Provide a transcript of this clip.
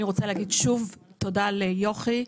אני רוצה להגיד שוב תודה ליוכי.